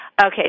Okay